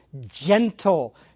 gentle